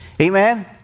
Amen